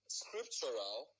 scriptural